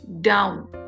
down